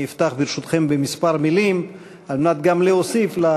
אני אפתח, ברשותכם, בכמה מילים כדי להוסיף על